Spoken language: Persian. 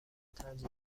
ترجیح